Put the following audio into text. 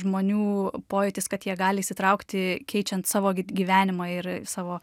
žmonių pojūtis kad jie gali įsitraukti keičiant savo gi gyvenimą ir savo